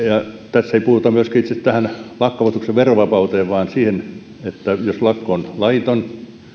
tässä ei puututa myöskään itse lakkoavustuksen verovapauteen vaan tässä esitetään että tämä verovapaus poistettaisiin kun tuloverolaki on seuraavan kerran esillä silloin jos lakko on laiton